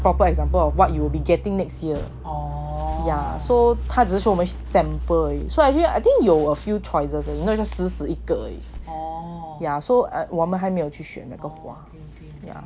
proper example of what you will be getting next year yeah so 他只是我们 sample 而已 so actually I think 有 a few choices 好像就死死一个而已 yeah so 我们还没有选 yeah